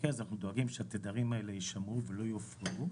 אז אנחנו דואגים שהתדרים האלה יישמרו ולא יופרו.